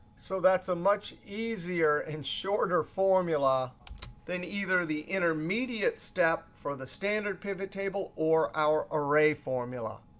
so that's a much easier and shorter formula than either the intermediate step for the standard pivot table or our array formula.